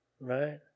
right